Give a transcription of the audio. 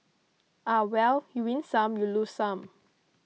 ah well you win some you lose some